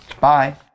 Bye